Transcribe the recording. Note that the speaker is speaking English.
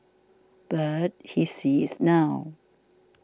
but he sees is now